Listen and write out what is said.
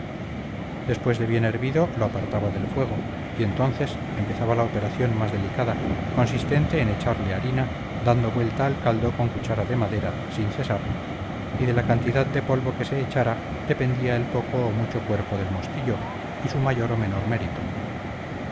después de bien hervido lo apartaba del fuego y entonces empezaba la operación más delicada consistente en echarle harina dando vuelta al caldo con cuchara de madera sin cesar y de la cantidad de polvo que se echara dependía el poco o mucho cuerpo del mostillo y su mayor o menor mérito